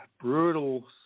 brutal